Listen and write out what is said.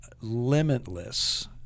limitless